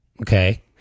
okay